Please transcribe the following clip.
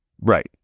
Right